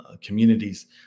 communities